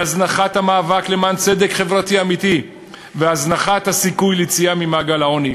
להזנחת המאבק למען צדק חברתי אמיתי ולהזנחת הסיכוי ליציאה ממעגל העוני,